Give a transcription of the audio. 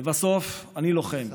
לבסוף, אני לוחם.